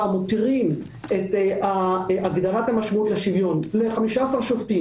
מותירים את הגדרת המשמעות של שוויון בידי 15 שופטים